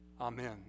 Amen